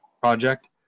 project